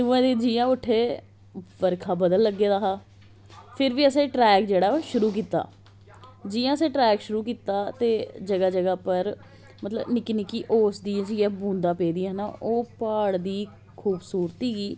दुऐ दिन जियां उट्ठे बर्खा बदल लग्गे दा हा फिर बी असें ट्रैक जेहड़ा शुरु कीता जियां असें ट्रैक शुरु कीता ते जगह जगह उप्पर मतलब निक्की निक्की ओस दी जियां बूंदां पेदी ही ना ओह् प्हाड़ दी खूबसूरती गी